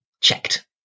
checked